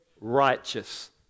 righteous